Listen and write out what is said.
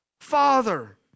father